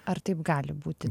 ar taip gali būti